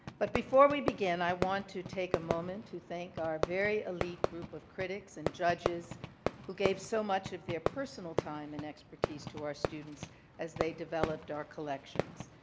but before we begin i want to take a moment to thank our very elite group of critics and judges who gave so much of their personal time and expertise to our students as they developed our collections.